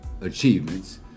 achievements